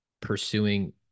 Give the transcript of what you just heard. pursuing